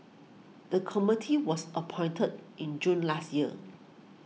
the committee was appointed in June last year